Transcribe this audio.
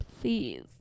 please